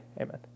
Amen